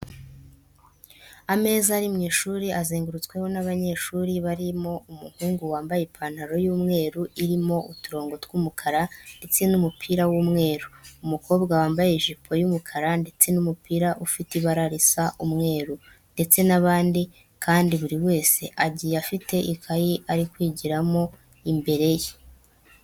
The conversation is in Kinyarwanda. Ameza ari mu ishuri azengurutsweho n'abanyeshuri barimo umuhungu wambaye ipantaro y'umweru irimo uturungo tw'umukara ndetse n'umupira w'umweru, umukobwa wambaye ijipo y'umukara ndetse n'umupira ufite ibara risa umweru ndetse n'abandi kandi buri wese agiye afite ikayi ari kwigiramo imbere ye.